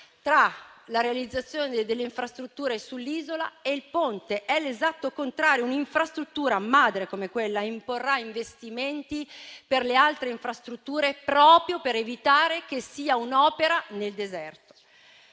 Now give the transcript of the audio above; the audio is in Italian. tra la realizzazione delle infrastrutture sull'isola e il Ponte. È l'esatto contrario; un'infrastruttura madre come quella imporrà investimenti per le altre infrastrutture proprio per evitare che sia un'opera nel deserto.